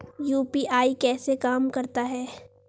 UPI कैसे काम करता है?